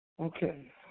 Okay